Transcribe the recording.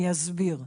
אני אסביר,